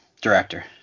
Director